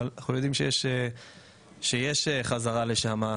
אבל אנחנו יודעים שיש חזרה לשם.